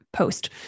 post